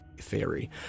theory